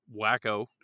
wacko